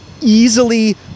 easily